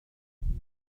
haben